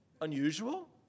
unusual